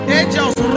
angels